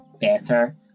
better